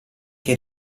che